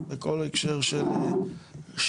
בכל ההקשר של הקלה.